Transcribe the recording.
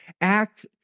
act